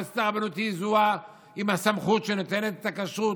מועצת הרבנות היא עם הסמכות ונותנת את הכשרות,